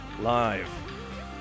live